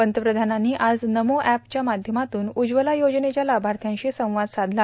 पंतप्रधानांनी आज नमो अँपच्या माध्यमातून उज्ज्वला योजनेच्या लाभार्थ्यांशी संवाद साधला